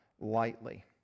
lightly